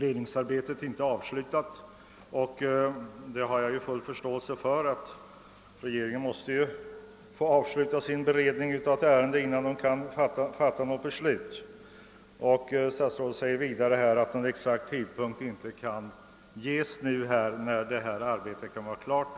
Jag har full förståelse för att regeringen måste avsluta sin beredning av ett ärende innan den kan fatta beslut och att »exakt tidpunkt» inte kan anges när arbetet kan vara klart.